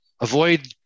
Avoid